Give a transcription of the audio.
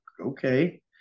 okay